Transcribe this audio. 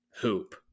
hoop